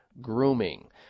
grooming